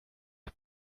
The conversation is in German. das